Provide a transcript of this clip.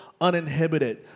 uninhibited